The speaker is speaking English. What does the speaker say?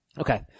Okay